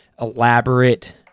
elaborate